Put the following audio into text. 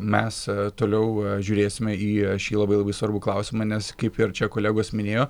mes toliau žiūrėsime į šį labai labai svarbų klausimą nes kaip ir čia kolegos minėjo